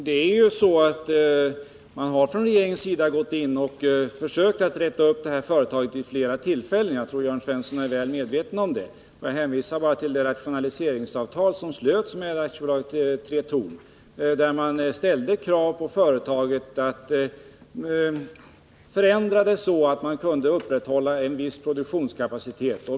Herr talman! Man har från regeringens sida vid flera tillfällen försökt att räta upp detta företag. Jag tror att Jörn Svensson är väl medveten om detta. Jag hänvisar bara till det rationaliseringsavtal som slutits med Tretorn AB, enligt vilket man ställde krav på företaget att förändra det så att det kunde upprätthålla en viss produktionskapacitet.